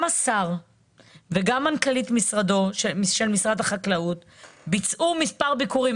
גם השר וגם מנכ"לית משרד החקלאות ביצעו מספר ביקורים,